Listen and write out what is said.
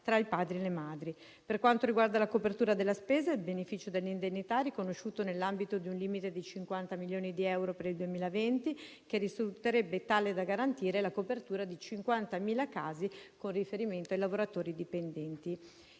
tra i padri e le madri. Per quanto riguarda la copertura della spesa, il beneficio dell'indennità è riconosciuto nell'ambito di un limite di 50 milioni di euro per il 2020, che risulterebbe tale da garantire la copertura di 50.000 casi con riferimento ai lavoratori dipendenti.